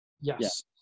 yes